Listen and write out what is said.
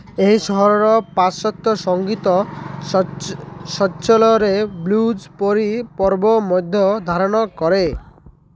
ଏହି ସହର ପାଶ୍ଚାତ୍ୟ ସଂଗୀତ ଶୈଳୀରେ ବ୍ଲୁଜ୍ ପରି ପର୍ବ ମଧ୍ୟ ଧାରଣ କରେ